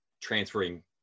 transferring